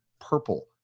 purple